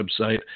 website